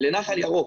לנחל ירוק.